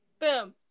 boom